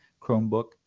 Chromebook